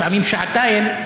לפעמים שעתיים,